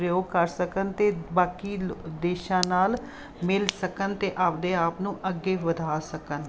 ਪ੍ਰਯੋਗ ਕਰ ਸਕਣ ਅਤੇ ਬਾਕੀ ਲ ਦੇਸ਼ਾਂ ਨਾਲ ਮਿਲ ਸਕਣ ਅਤੇ ਆਪਦੇ ਆਪ ਨੂੰ ਅੱਗੇ ਵਧਾ ਸਕਣ